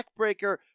backbreaker